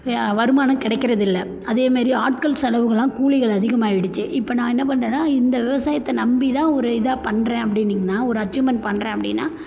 வருமானம் கிடைக்கிறது இல்லை அதேமாதிரி ஆட்கள் செலவுகளெலாம் கூலிகள் அதிகமாயிடுச்சி இப்போ நான் என்ன பண்ணுறேன்னா இந்த விவசாயத்தை நம்பி தான் ஒரு இதாக பண்ணுறேன் அப்படின்னீங்கன்னா ஒரு அச்சீவ்மெண்ட் பண்ணுறேன் அப்படின்னா